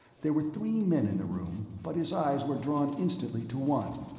there were three men in the room, but his eyes were drawn instantly to one,